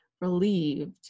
relieved